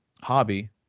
hobby